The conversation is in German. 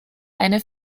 eine